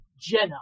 Jenna